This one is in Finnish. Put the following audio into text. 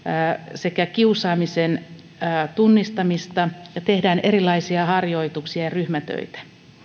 sekä kiusaamisen tunnistamista ja tehdään erilaisia harjoituksia ja ryhmätöitä